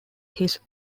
his